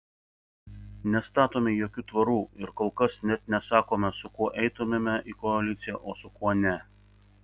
nestatome jokių tvorų ir kol kas net nesakome su kuo eitumėme į koaliciją o su kuo ne